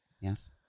Yes